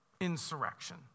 insurrection